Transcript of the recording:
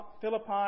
Philippi